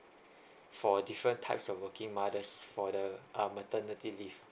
for different types of working mothers for the uh maternity leave